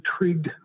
intrigued